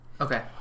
okay